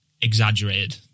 exaggerated